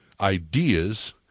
ideas